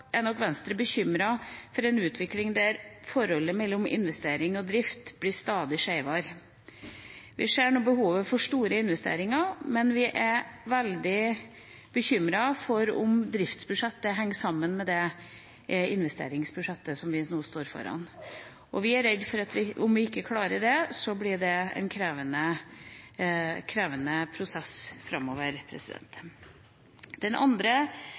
er nok Venstre bekymret for en utvikling der forholdet mellom investering og drift blir stadig skeivere. Vi ser nå behovet for store investeringer, men vi er veldig bekymret for om driftsbudsjettet henger sammen med investeringsbudsjettet vi nå står foran. Vi er redd for at om vi ikke klarer det, blir det en krevende prosess framover. Den andre